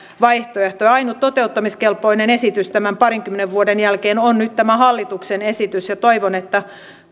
vaihtoehtoa ainut toteuttamiskelpoinen esitys tämän parinkymmenen vuoden jälkeen on nyt tämä hallituksen esitys ja toivon että